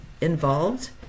involved